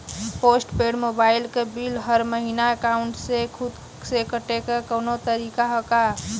Post paid mobile क bill हर महिना एकाउंट से खुद से कटे क कौनो तरीका ह का?